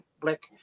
Black